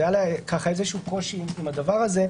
היה קושי עם זה.